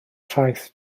traeth